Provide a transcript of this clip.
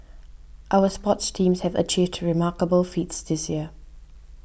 our sports teams have achieved to remarkable feats this year